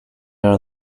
are